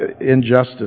injustice